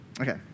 Okay